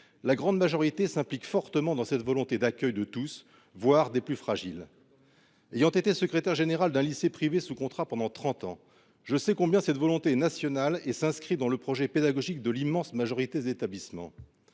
la grande majorité d’entre eux s’implique fortement dans cette volonté d’accueil de tous, voire des plus fragiles. Pour avoir été secrétaire général d’un lycée privé sous contrat pendant trente ans, je sais combien cette volonté est nationale et s’inscrit dans le projet pédagogique de l’immense majorité des établissements.